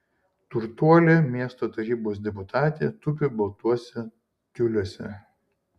turtuolė miesto tarybos deputatė tupi baltuose tiuliuose